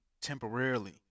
temporarily